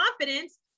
confidence